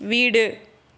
வீடு